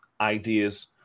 ideas